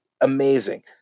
amazing